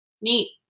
Neat